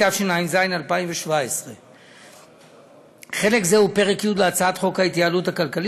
התשע"ז 2017. חלק זה הוא פרק י' להצעת חוק ההתייעלות הכלכלית,